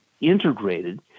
integrated